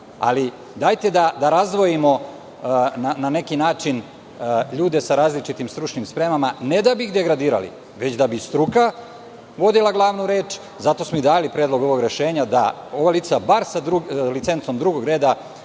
Dajte da razdvojimo, na neki način, ljude sa različitim stručnim spremama, ne da bi ih degradirali, već da bi struka vodila glavnu reč. Zato smo i dali predlog ovog rešenja, da ova lica bar sa licencom drugog reda